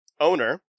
owner